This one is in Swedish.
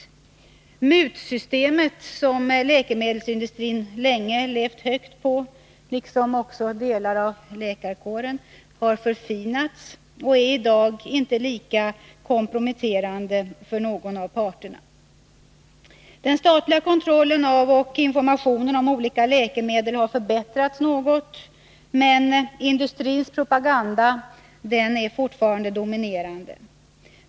Det mutsystem som läkemedelsindustrin — liksom delar av läkarkåren — länge har levt högt på har ”förfinats” och är i dag inte lika komprometterande för någon av parterna. Den statliga kontrollen av och informationen om olika läkemedel har förbättrats något, men industrins propaganda dominerar fortfarande.